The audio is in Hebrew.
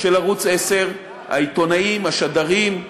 של ערוץ 10, העיתונאים, השדרים,